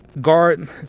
guard